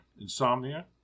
insomnia